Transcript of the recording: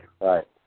Right